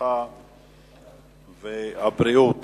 הרווחה והבריאות